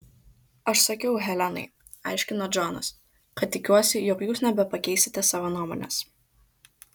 aš sakiau helenai aiškino džonas kad tikiuosi jog jūs nebepakeisite savo nuomonės